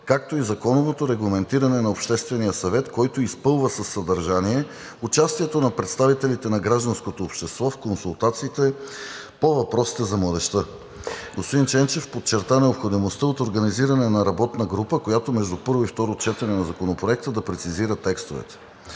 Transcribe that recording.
както и законовото регламентиране на Обществения съвет, който изпълва със съдържание участието на представителите на гражданското общество в консултациите по въпросите за младежта. Господин Ченчев подчерта необходимостта от организиране на работна група, която между първо и второ четене на Законопроекта да прецизира текстовете.